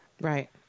Right